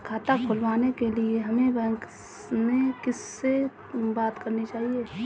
खाता खुलवाने के लिए हमें बैंक में किससे बात करनी चाहिए?